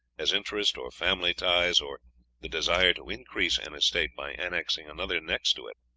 as interest, or family ties, or the desire to increase an estate by annexing another next to it,